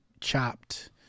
chopped